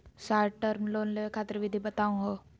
Short term loan लेवे खातीर विधि बताहु हो?